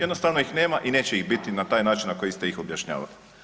Jednostavno ih nema i neće ih biti na taj način na koji ste ih objašnjavali.